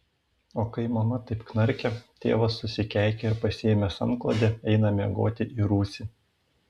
o kai mama taip knarkia tėvas susikeikia ir pasiėmęs antklodę eina miegoti į rūsį